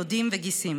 דודים וגיסים,